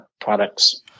products